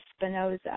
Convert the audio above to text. Spinoza